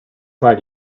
try